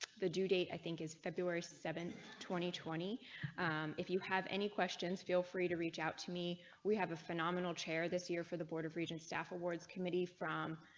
the due date. i think is february seven twenty twenty if you have any questions feel free to reach out to me we have a phenomenal chair this year for the board of regents staff awards committee from.